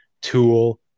tool